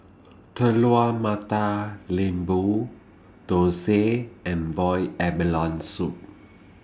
Telur Mata Lembu Thosai and boiled abalone Soup